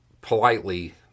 politely